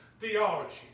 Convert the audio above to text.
theology